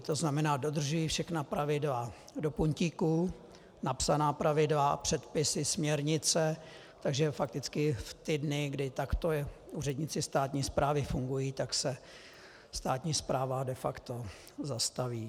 To znamená, dodržují všechna pravidla do puntíku, napsaná pravidla, předpisy, směrnice, takže fakticky v ty dny, kdy takto úředníci státní správy fungují, se státní správa de facto zastaví.